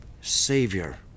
Savior